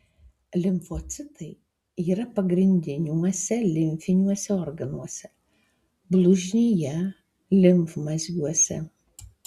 limfocitai yra pagrindiniuose limfiniuose organuose blužnyje limfmazgiuose